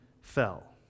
fell